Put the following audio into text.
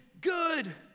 good